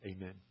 Amen